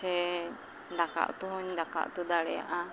ᱥᱮ ᱫᱟᱠᱟ ᱩᱛᱩᱦᱚᱧ ᱫᱟᱠᱟ ᱩᱛᱩ ᱫᱟᱲᱮᱭᱟᱜᱼᱟ